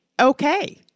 okay